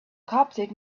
coptic